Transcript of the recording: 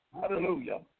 Hallelujah